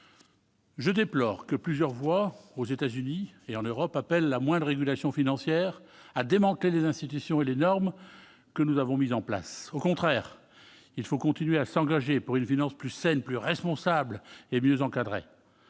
Je déplore que plusieurs voix, aux États-Unis et en Europe, appellent à une moindre régulation financière, au démantèlement des institutions et des normes que nous avons mises en place. Il faut, au contraire, continuer à s'engager pour une finance plus saine, plus responsable et mieux encadrée.